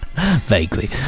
Vaguely